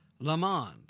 Lamond